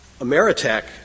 Ameritech